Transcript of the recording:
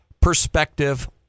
perspective